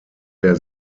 der